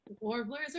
warblers